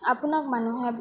আপোনাক মানুহে